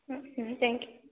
thank you